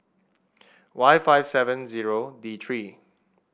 Y five seven zero D three